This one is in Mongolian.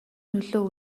нөлөө